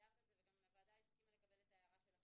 הערת את זה והוועדה הסכימה לקבל את ההערה שלך,